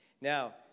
Now